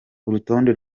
urutonde